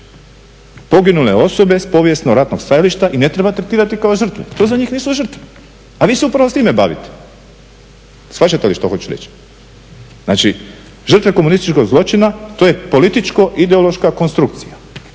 poginule osobe sa povijesno ratnog stajališta i ne treba tretirati kao žrtve, to za njih nisu žrtve. A vi se upravo time bavite. Shvaćate li šta hoću reći? Znači žrtve komunističkog zločina to je političko ideološka konstrukcija.